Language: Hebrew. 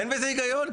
אין בזה היגיון.